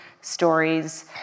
stories